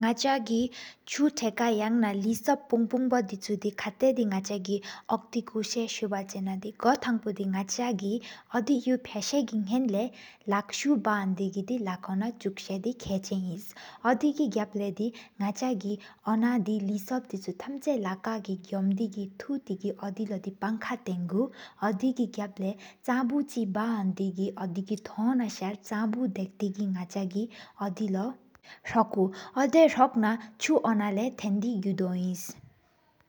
ནག་ཆ་གི་ཆུ་ཐེག་ཀ་ཡང་ན་ལས་སུབ། སྤུང་སྤུང་བོ་དི་ཁ་སྟེ་དི་ནག་ཆ་གི། ཨོཀ་ཏི་ཀུས་སུ་གསང་བ་ཆེ་ན་དི་སྒོ་ཐང་པོ་འདིན། ནག་ཆ་གི་འདེ་ཡུག་ཕྱགས་ས་གི་གཉེན་ལས། ལགས་སུ་བཀ་ཧོ་དེ་ལ་སྐུ་དི་སྐོད་ཆེན་ངིན། འདེ་གི་གབ་ལས་དི་ནག་ཆ་གི་ཨོ་ན་དི་ལསུབ། དིབ་ཅུ་ཐམ་ཅ་ལ་ཀ་གི་གོམ་དེ་གི་ཐུག་ཐེ་གི། འདེ་ལོ་དི་ཕང་ཀ་འཐི་ངུ་འདེ་གི་གབ་ལས། ཕྱག་བུ་གཅིག་བཀ་ཧོན་དེ་གི་འདེ་གི་ཚོགས། ན་ས་ཕྱག་བུས་དེགས་གི་ནག་ཆ་གི་འདེ་ལོ་ར་ཀུ། འདེ་རོ་ཀ་ཆུ་ཨོ་ན་ལས་སྟེན་དི་གུ་བོ་ཨིན།